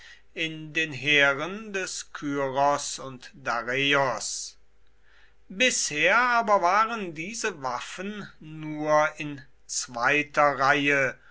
in den heeren des kyros und dareios bisher aber waren diese waffen nur in zweiter reihe